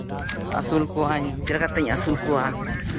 ᱟᱹᱥᱩᱞ ᱠᱚᱣᱟᱹᱧ ᱪᱮᱫᱞᱮᱠᱟ ᱠᱟᱛᱤᱧ ᱟᱹᱥᱩᱞ ᱠᱚᱣᱟ